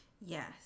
yes